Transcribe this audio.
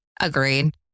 Agreed